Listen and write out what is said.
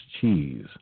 cheese